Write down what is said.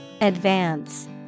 Advance